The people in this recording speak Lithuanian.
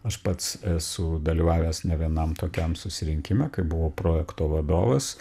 aš pats esu dalyvavęs ne vienam tokiam susirinkime kai buvau projekto vadovas